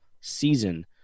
season